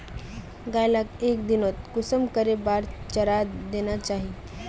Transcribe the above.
गाय लाक एक दिनोत कुंसम करे बार चारा देना चही?